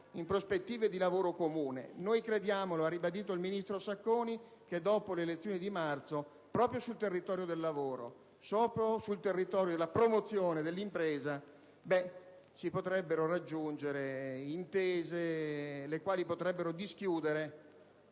in prospettive di lavoro comune. Crediamo - lo ha ribadito il ministro Sacconi - che dopo le elezioni di marzo, proprio sul territorio del lavoro e della promozione dell'impresa si potrebbero raggiungere intese le quali potrebbero dischiudere